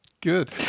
Good